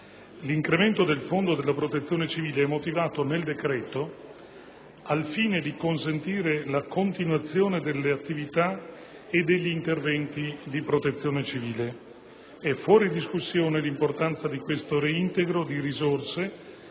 L'incremento del fondo della protezione civile è motivato nel decreto al fine di consentire la continuazione delle attività e degli interventi di protezione civile. È fuori discussione l'importanza di questo reintegro di risorse,